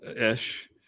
Ish